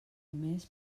mes